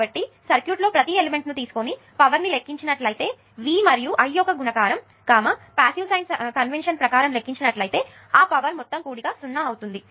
కాబట్టి సర్క్యూట్ లో ప్రతి ఎలిమెంట్ ని తీసుకుని పవర్ ని లెక్కించి నట్లయితే ఇది V మరియు I యొక్క గుణకారం పాసివ్ సైన్ కన్వెన్షన్ ప్రకారం లెక్కించినట్లైతే ఆ పవర్స్ మొత్తం కూడిక 0 అవుతుంది